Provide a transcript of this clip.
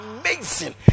amazing